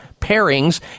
pairings